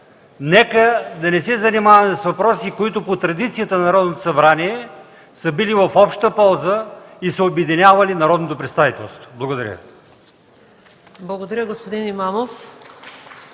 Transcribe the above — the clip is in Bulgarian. нека да не се занимаваме с въпроси, които по традициите на Народното събрание са били в общата полза и са обединявали народното представителство. Благодаря.